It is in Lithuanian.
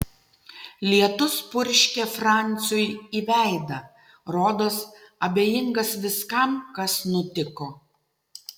lietus purškė franciui į veidą rodos abejingas viskam kas nutiko